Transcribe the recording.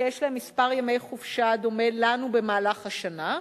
שיש להן מספר ימי חופשה דומה לנו במהלך השנה,